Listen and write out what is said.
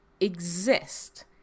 exist